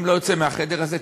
אם זה לא יוצא מהחדר הזה,